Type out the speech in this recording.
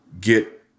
get